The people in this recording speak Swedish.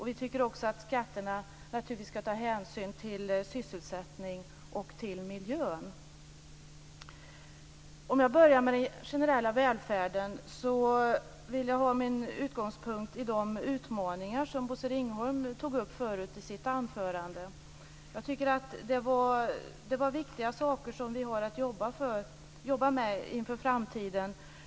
Vi tycker också att skatterna naturligtvis ska ta hänsyn till sysselsättningen och miljön. Jag börjar med den generella välfärden och vill som utgångspunkt ta de utmaningar som Bosse Ringholm tog upp i sitt anförande. Jag tycker att det är viktiga saker som vi har att jobba med inför framtiden.